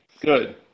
good